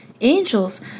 Angels